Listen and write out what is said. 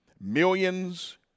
Millions